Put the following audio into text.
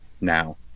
now